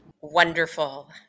Wonderful